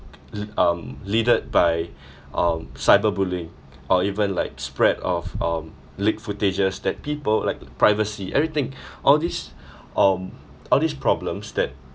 le~ um leaded by um cyberbullying or even like spread of um leaked footages that people like privacy everything all these um all these problems that